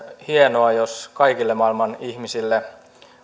hienoa jos kaikille maailman ihmisille